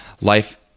life